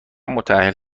متاهل